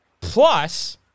plus